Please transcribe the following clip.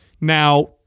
Now